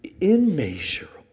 immeasurable